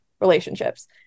relationships